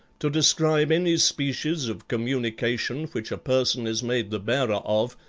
to describe any species of communication which a person is made the bearer of,